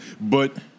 But-